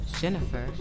Jennifer